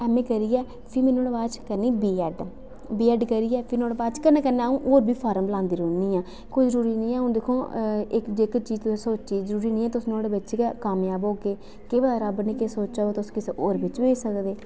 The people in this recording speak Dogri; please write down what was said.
ऐम्म ए करियै फ्ही में नुआढ़ै बाद च करनी बी ऐड्ड बी ऐड्ड करियै फ्ही नुआढ़ै बाद च गै कन्नै कन्नै अ'ऊं होर बी फार्म लांदी रौह्न्नी आं कोई जरूरी निं ऐ हून दिक्खो हां इक जेह्की चीज तु'सें सोच्ची दी जरूरी निं है तुस नुआढ़ै बिच्च गै कामयाब होग्गे केह् पता रब्ब ने केह् सोच्चे दा होए तुस कु'सै होर बिच बी होई सकदे